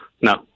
No